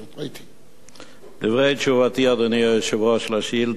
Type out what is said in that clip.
1. דברי תשובתי, אדוני היושב-ראש, על השאילתא: